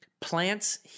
Plants